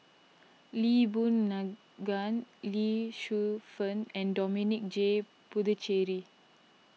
Lee Boon Ngan Lee Shu Fen and Dominic J Puthucheary